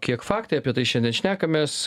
kiek faktai apie tai šiandien šnekamės